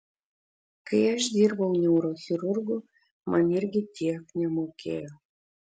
kai aš dirbau neurochirurgu man irgi tiek nemokėjo